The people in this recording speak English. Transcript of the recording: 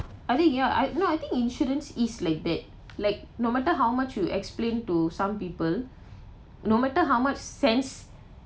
I think ya I no I think insurance is like that like no matter how much you explain to some people no matter how much sense